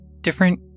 different